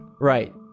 Right